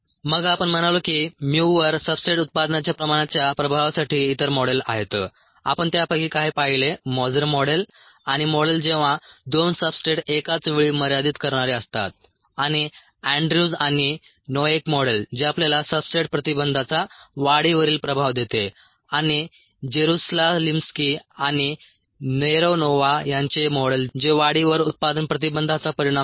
मग आपण म्हणालो की mu वर सब्सट्रेट उत्पादनाच्या प्रमाणाच्या प्रभावासाठी इतर मॉडेल आहेत आपण त्यापैकी काही पाहिले मोझर मॉडेल आणि मॉडेल जेव्हा 2 सबस्ट्रेट्स एकाच वेळी मर्यादित करणारे असतात आणि अँड्र्यूज आणि नोएक मॉडेल जे आपल्याला सब्सट्रेट प्रतिबंधाचा वाढीवरील प्रभाव देते आणि जेरुसालिम्स्की आणि नेरोनोव्हा यांचे मॉडेल जे वाढीवर उत्पादन प्रतिबंधाचा परिणाम देते